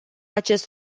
acest